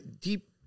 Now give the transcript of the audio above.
deep